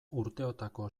urteotako